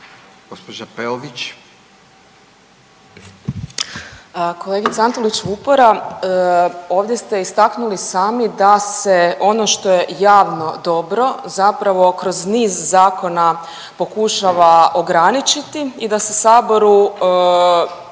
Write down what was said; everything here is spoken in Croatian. Katarina (RF)** Kolegice Antolić Vupora, ovdje ste istaknuli sami da se ono što je javno dobro zapravo kroz niz zakona pokušava ograničiti i da se saboru